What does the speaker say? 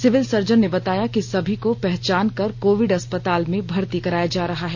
civil surgeon ने बताया कि सभी को पहचान कर कोविड अस्पताल में भर्ती कराया जा रहा है